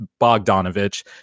bogdanovich